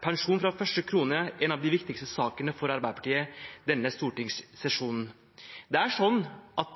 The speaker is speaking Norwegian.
pensjon. Derfor er pensjon fra første krone en av de viktigste sakene for Arbeiderpartiet denne stortingssesjonen.